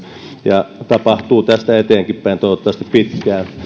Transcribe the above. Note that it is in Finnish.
ja tapahtuu tästä eteenkinpäin toivottavasti pitkään